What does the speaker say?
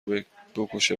بکشه